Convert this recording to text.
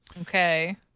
Okay